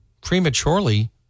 prematurely